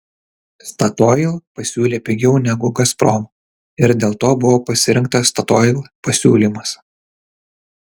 statoil pasiūlė pigiau negu gazprom ir dėl to buvo pasirinktas statoil pasiūlymas